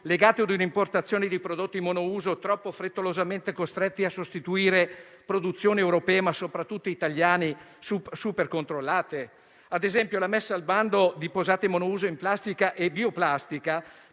legate ad un'importazione di prodotti monouso troppo frettolosamente costretti a sostituire produzioni europee, ma soprattutto italiane, supercontrollate? Ad esempio, la messa al bando di posate monouso in plastica e bioplastica